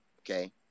Okay